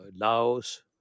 Laos